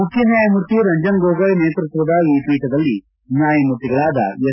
ಮುಖ್ಯ ನ್ಯಾಯಮೂರ್ತಿ ರಂಜನ್ ಗೊಗೋಯ್ ನೇತೃತ್ವದ ಈ ಪೀಠದಲ್ಲಿ ನ್ಯಾಯಮೂರ್ತಿಗಳಾದ ಎಸ್